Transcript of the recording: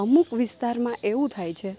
અમુક વિસ્તારમાં એવું થાય છે